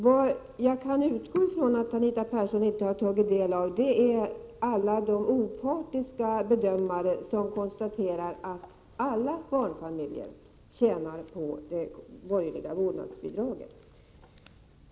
Vad jag kan utgå ifrån att Anita Persson inte har tagit del av är de uttalanden av opartiska bedömare, som konstaterat att alla barnfamiljer tjänar på det borgerliga vårdnadsbidraget.